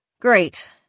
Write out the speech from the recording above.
Great